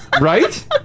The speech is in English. Right